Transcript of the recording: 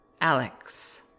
Alex